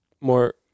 more